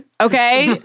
Okay